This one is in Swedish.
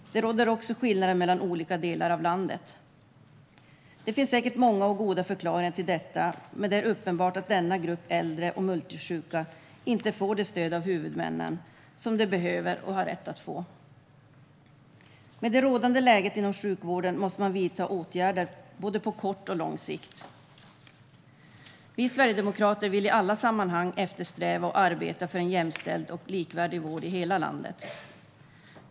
Det råder också skillnader mellan olika delar av landet. Det finns säkert många och goda förklaringar till detta, men det är uppenbart att denna grupp äldre och multisjuka inte får det stöd av huvudmännen som de behöver och har rätt att få. Med det rådande läget inom sjukvården måste man vidta åtgärder både på kort och på lång sikt. Vi sverigedemokrater vill i alla sammanhang eftersträva och arbeta för en jämställd och likvärdig vård i hela landet.